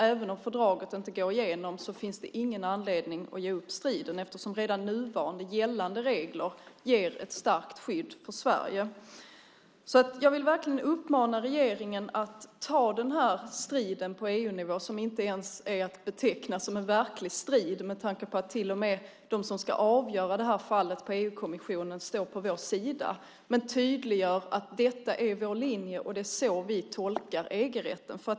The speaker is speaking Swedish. Även om fördraget inte går igenom finns det ingen anledning att ge upp striden. Redan nuvarande gällande regler ger ett starkt skydd för Sverige. Jag vill verkligen uppmana regeringen att ta striden på EU-nivå. Den är inte ens att beteckna som en verklig strid med tanke på att till och med de som ska avgöra fallet på EU-kommissionen står på vår sida. Vi måste tydliggöra att detta är vår linje och att det är så vi tolkar EG-rätten.